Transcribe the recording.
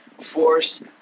force